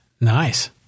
Nice